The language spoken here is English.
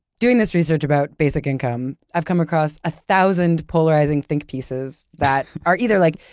doing this research about basic income, i've come across a thousand polarizing think pieces that are either like,